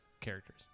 characters